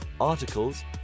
articles